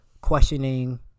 questioning